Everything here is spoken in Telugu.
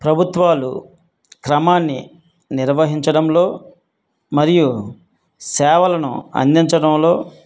ప్రభుత్వాలు క్రమాన్ని నిర్వహించడంలో మరియు సేవలను అందించడంలో